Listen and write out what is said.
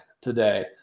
today